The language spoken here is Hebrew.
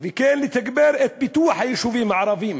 והן לתגבור פיתוח היישובים הערביים